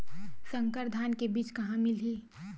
संकर धान के बीज कहां मिलही?